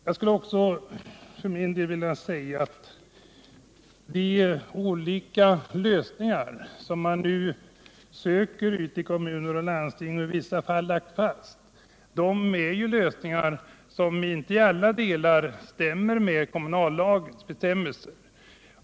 Jag vill vidare säga att de lösningar som man nu söker ute i kommuner och landsting och som man i vissa fall lagt fast inte i alla fall uppfyller kommunallagens bestämmelser.